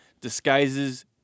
disguises